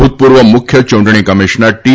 ભુતપૂર્વ મુખ્ય ચૂંટણી commissioner T